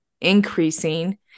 increasing